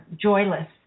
joyless